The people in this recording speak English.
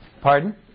Pardon